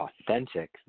authentic